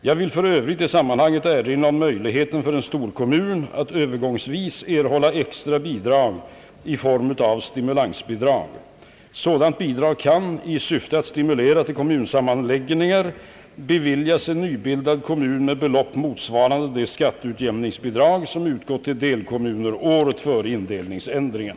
Jag vill för övrigt i sammanhanget erinra om möjligheten för en storkommun att övergångsvis erhålla extra bidrag i form av stimulansbidrag. Sådant bidrag kan — i syfte att stimulera till kommunsammanläggningar — beviljas en nybildad kommun med belopp motsvarande det skatteutjämningsbidrag som utgått till delkommuner året före indelningsändringen.